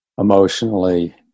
emotionally